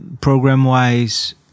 program-wise